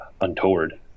untoward